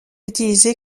utilisé